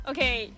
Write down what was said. Okay